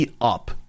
up